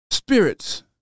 spirits